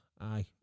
aye